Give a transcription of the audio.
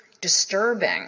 disturbing